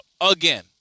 again